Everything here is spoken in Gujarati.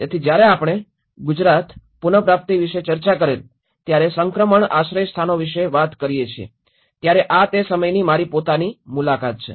તેથી જ્યારે આપણે ગુજરાત પુન પ્રાપ્તિ વિશે ચર્ચા કરેલ ત્યારે સંક્રમણ આશ્રયસ્થાનો વિશે વાત કરીએ છીએ ત્યારે આ તે સમયની મારી પોતાની મુલાકાત છે